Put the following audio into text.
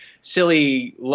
silly